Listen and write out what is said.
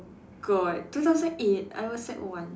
god two thousand eight I was sec one